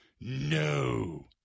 No